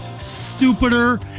stupider